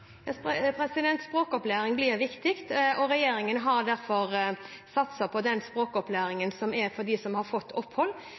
Språkopplæring blir viktig. Regjeringen har derfor satset på den språkopplæringen som er for dem som har fått opphold,